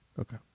Okay